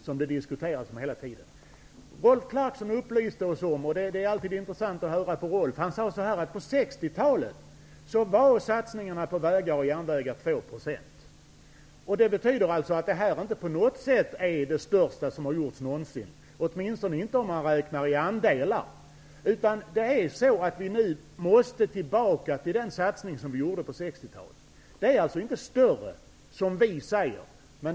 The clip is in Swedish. Rolf Clarkson är alltid intressant att höra på. Han upplyste oss om att satsningarna på vägar och järnvägar på 1960 talet var 2 % av bruttonationalprodukten. Det betyder att denna satsning inte på något sätt är den största som någonsin har gjorts, åtminstone inte om man räknar i andelar. Vi måste nu tillbaka till sådana satsningar som vi gjorde på 1960-talet. Det är som vi säger, att dessa satsningar inte är större.